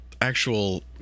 actual